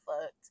fucked